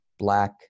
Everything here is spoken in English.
Black